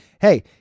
hey